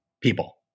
people